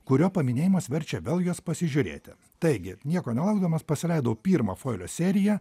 kurio paminėjimas verčia vėl juos pasižiūrėti taigi nieko nelaukdamas pasileidau pirmą foilio seriją